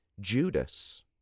Judas